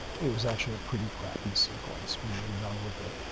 it was actually a pretty crappy sequence when you were done with it.